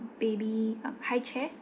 baby um high chair